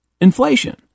inflation